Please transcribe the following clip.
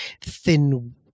thin